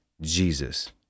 Jesus